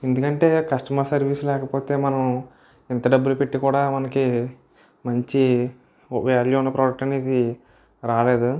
ఎందుకంటే customer service లేకపోతే మనం ఇంత డబ్బులు పెట్టి కూడా మనకి మంచి వాల్యూ ఉన్న ప్రోడక్ట్ అనేది రాలేదు